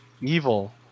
Evil